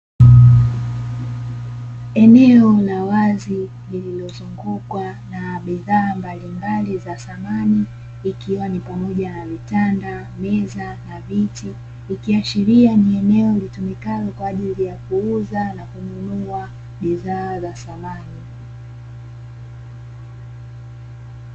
Eneo la wazi lililozungukwa na bidhaa mbalimbali za samani ikiwa ni pamoja na vitanda, meza na vitii ikiashiria ni eneo linalotumika kwaajili ya kuuza na kununua bidhaa za samani.